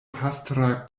pastra